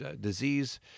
disease